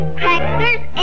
crackers